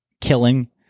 killing